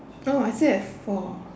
oh I still have four